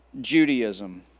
Judaism